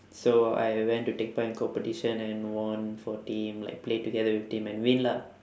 so I went to take part in competition and won for team like play together with team and win lah